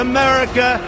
America